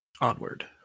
Onward